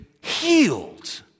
healed